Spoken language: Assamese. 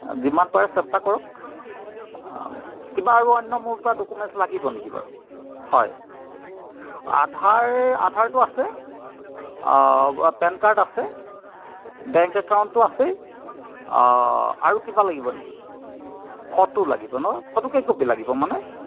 যিমান পাৰে চেষ্টা কৰক কিবা আৰু অন্য মোৰ পৰা ডকুমেণ্টছ লাগিব নেকি বাৰু হয় আধাৰ আধাৰটো আছে অঁ পেন কাৰ্ড আছে বেংক একাউণ্টটো আছেই অঁ আৰু কিবা লাগিব নেকি ফটো লাগিব ন ফটো কেই কপি লাগিব মানে